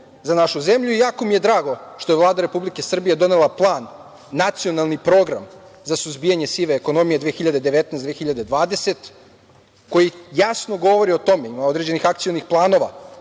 za našu zemlju. Jako mi je drago što je Vlada Republike Srbije donela plan, Nacionalni program za suzbijanje sive ekonomije 2019/20. godine koji jasno govori o tome, ima određenih akcionih planova